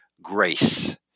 Grace